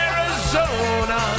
Arizona